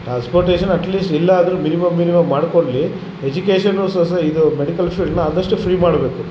transportation at least ಇಲ್ಲ ಅಂದರು minimum minimum ಮಾಡ್ಕೋಳ್ಲಿ ಎಜುಕೇಷನ್ನು ಸು ಸು ಇದು ಮೆಡಿಕಲ್ ಫೀಲ್ಡ್ನ ಆದಷ್ಟು ಫ್ರೀ ಮಾಡಬೇಕು